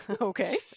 Okay